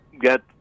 Get